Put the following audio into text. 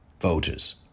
voters